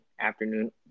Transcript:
afternoon